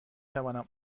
توانم